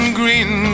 green